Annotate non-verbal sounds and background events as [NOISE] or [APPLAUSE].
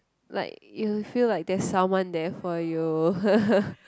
like you feel like there's someone there for you [LAUGHS]